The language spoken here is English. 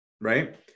Right